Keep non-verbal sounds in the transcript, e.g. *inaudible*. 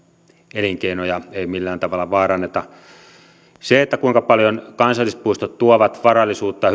elinkeinoja ei millään tavalla vaaranneta se kuinka paljon kansallispuistot tuovat varallisuutta *unintelligible*